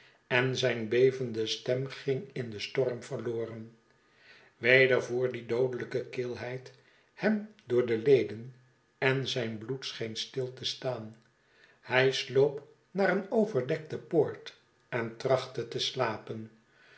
en zijn bevende stem ging in den storm verloren weder voer die doodelijke kilheid hem door de leden en zijn bloed scheen stil te staan hij sloop naar een overdekte poort en trachtte te slapen